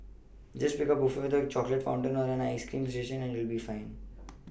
just pick a buffet with the chocolate fountain or an ice cream station and you'll be fine